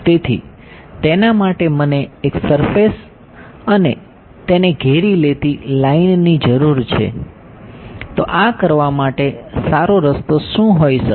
તેથી તેના માટે મને એક સરફેસ અને તેને ઘેરી લેતી લાઇનની જરૂર છે તો આ કરવા માટે સારો રસ્તો શું હોઈ શકે